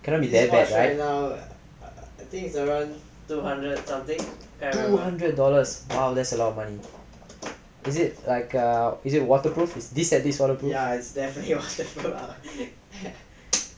two hundred dollars !wow! that's a lot of money is it like a is it waterproof